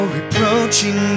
reproaching